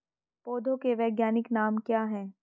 पौधों के वैज्ञानिक नाम क्या हैं?